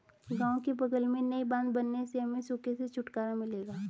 गांव के बगल में नई बांध बनने से हमें सूखे से छुटकारा मिलेगा